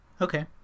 Okay